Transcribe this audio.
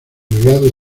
legado